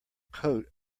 coat